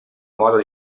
modo